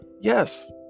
Yes